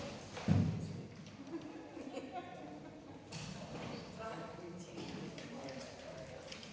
Tak